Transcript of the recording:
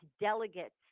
delegates